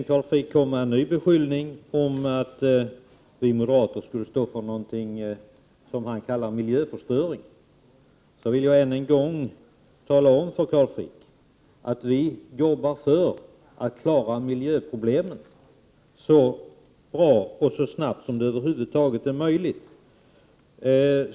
När Carl Frick sedan kom med en ny beskyllning om att vi moderater skulle stå för något som han kallar för miljöförstöring, vill jag än en gång tala om för Carl Frick att vi arbetar för att lösa miljöproblemen så bra och så snabbt som det över huvud taget är möjligt.